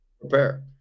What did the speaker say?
Prepare